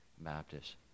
Baptist